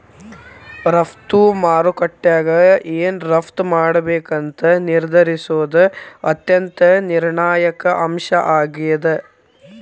ರಫ್ತು ಮಾರುಕಟ್ಯಾಗ ಏನ್ ರಫ್ತ್ ಮಾಡ್ಬೇಕಂತ ನಿರ್ಧರಿಸೋದ್ ಅತ್ಯಂತ ನಿರ್ಣಾಯಕ ಅಂಶ ಆಗೇದ